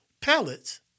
pellets